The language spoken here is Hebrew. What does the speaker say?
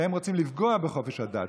והם רוצים לפגוע בחופש הדת.